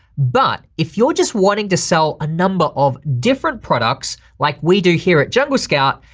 but if you're just wanting to sell a number of different products like we do here at jungle scout,